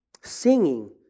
singing